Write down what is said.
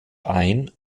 ein